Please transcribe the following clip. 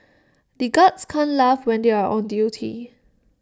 the guards can't laugh when they are on duty